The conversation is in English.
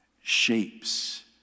shapes